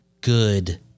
good